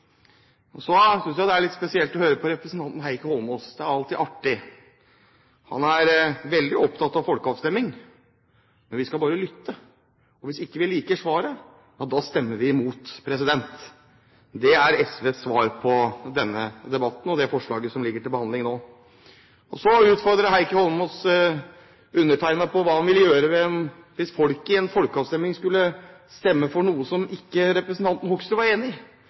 folkeavstemning. Så synes jeg det er litt spesielt å høre på representanten Heikki Holmås. Det er alltid artig. Han er veldig opptatt av folkeavstemning, men vi skal bare lytte. Hvis vi ikke liker svaret, stemmer vi imot. Det er Sosialistisk Venstrepartis svar på denne debatten og det forslaget som ligger til behandling nå. Heikki Holmås utfordrer undertegnede på hva han ville gjøre hvis folket i en folkeavstemning skulle stemme for noe som representanten Hoksrud ikke var enig